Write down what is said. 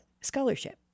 scholarship